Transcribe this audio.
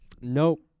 Nope